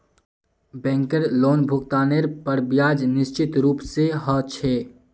बैंकेर लोनभुगतानेर पर ब्याज निश्चित रूप से ह छे